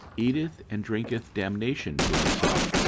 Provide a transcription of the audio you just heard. eateth and drinketh damnation to himself,